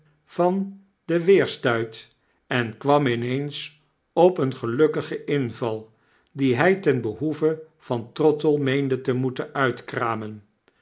van den weerstuit en kwam in eens op een gelukkigen inval dien hy ten behoeve van trottle meende te moeten uitkramen